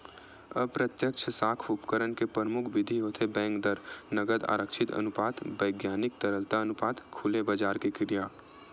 अप्रत्यक्छ साख उपकरन के परमुख बिधि होथे बेंक दर, नगद आरक्छित अनुपात, बैधानिक तरलता अनुपात, खुलेबजार के क्रिया